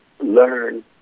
learn